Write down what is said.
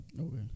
Okay